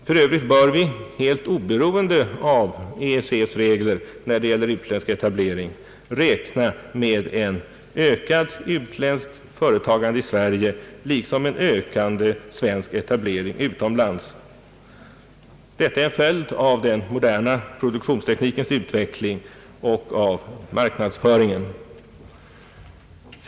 För övrigt bör vi, helt oberoende av EEC:s regler när det gäller utländsk etablering, räkna med ett ökat utländskt företagande i Sverige liksom en ökande svensk etablering utomlands. Detta är en följd av den moderna produktionsteknikens utveckling och av marknadsföringen.